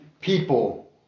people